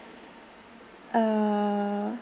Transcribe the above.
uh